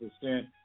percent